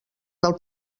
del